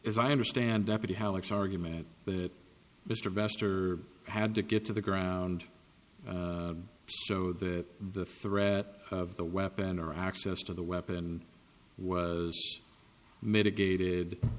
as i understand deputy hallux argument that mr vester had to get to the ground so that the threat of the weapon or access to the weapon was mitigated